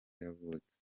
yavutse